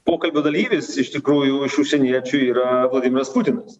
pokalbio dalyvis iš tikrųjų iš užsieniečių yra vladimiras putinas